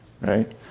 right